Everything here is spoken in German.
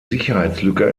sicherheitslücke